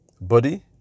body